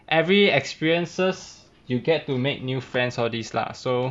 every experiences you get to make new friends all these lah so